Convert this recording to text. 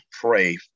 pray